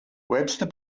webster